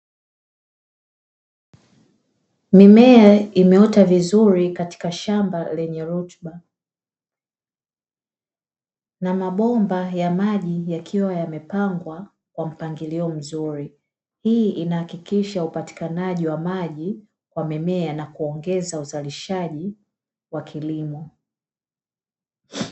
Mimea imeota vizuri katika shamba lenye rutuba na mabomba ya maji yakiwa yamepangwa kwa mpangilio mzuri. Hii inahakikisha upatikanaji wa maji kwa mimea na kuongeza uzalishaji wa kilimo.